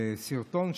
סרטון,